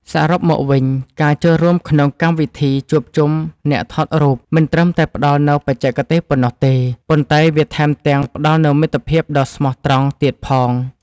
សរុបមកវិញការចូលរួមក្នុងកម្មវិធីជួបជុំអ្នកថតរូបមិនត្រឹមតែផ្តល់នូវបច្ចេកទេសប៉ុណ្ណោះទេ ប៉ុន្តែ វាថែមទាំងផ្តល់នូវមិត្តភាពដ៏ស្មោះត្រង់ទៀតផង។